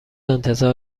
انتظار